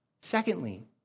Secondly